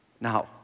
Now